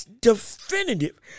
definitive